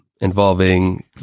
involving